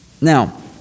Now